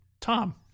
Tom